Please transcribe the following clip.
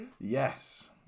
Yes